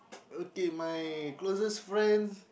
okay my closest friend